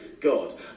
God